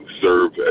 serve